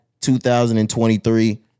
2023